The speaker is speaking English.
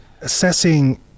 assessing